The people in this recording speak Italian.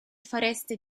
foreste